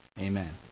amen